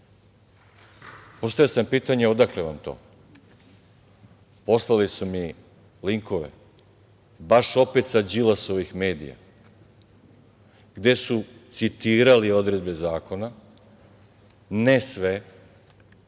Postavio sam im pitanje – odakle vam to? Poslali su mi linkove baš opet sa Đilasovih medija, gde su citirali odredbe zakona, ne sve,